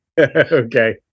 okay